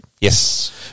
Yes